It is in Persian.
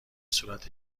صورت